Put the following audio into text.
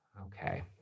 Okay